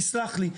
תסלח לי,